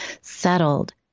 settled